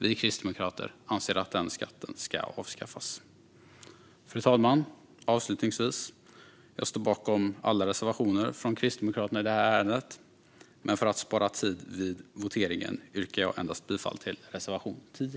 Vi kristdemokrater anser att den skatten ska avskaffas. Fru talman! Jag står bakom alla reservationer från Kristdemokraterna i det här ärendet, men för att spara tid vid voteringen yrkar jag bifall endast till reservation 10.